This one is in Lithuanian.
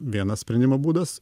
vienas sprendimo būdas